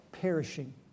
perishing